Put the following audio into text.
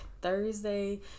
Thursday